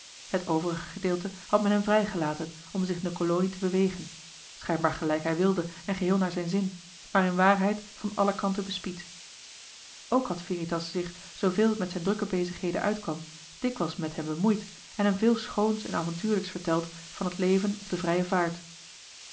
het overige gedeelte had men hem vrijgelaten om zich in de kolonie te bewegen schijnbaar gelijk hij wilde en geheel naar zijn zin maar in waarheid van alle kanten bespied ook had veritas zich zooveel het met zijn drukke bezigheden uitkwam dikwijls met hem bemoeid en hem veel schoons en avontuurlijks verteld van het leven op de vrije vaart